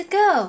go